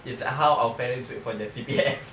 it's like how our parents wait for their C_P_F